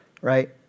right